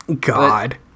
God